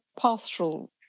pastoral